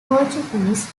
portuguese